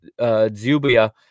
Zubia